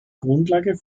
grundlage